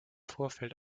vorfeld